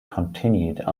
continued